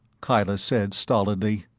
kyla said stolidly.